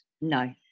no